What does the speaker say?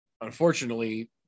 Unfortunately